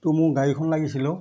তোৰ মোক গাড়ীখন লাগিছিলে অঁ